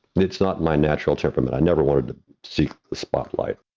and it's not my natural temperament. i never wanted to see the spotlight,